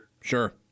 sure